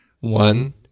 One